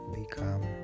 become